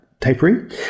tapering